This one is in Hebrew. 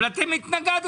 אבל אתם התנגדתם.